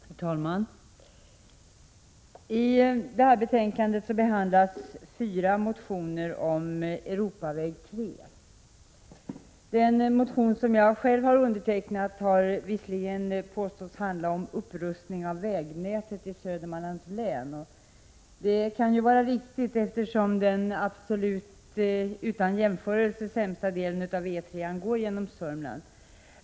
Herr talman! I det här betänkandet behandlas fyra motioner om Europaväg 3. Den motion som jag själv undertecknat har visserligen påståtts handla om ”upprustning av vägnätet i Södermanlands län” — och det kan väl vara riktigt, eftersom den utan jämförelse sämsta delen av E3 går genom Sörmland.